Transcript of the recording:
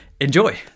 Enjoy